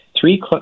three